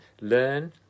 Learn